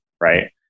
Right